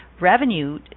revenue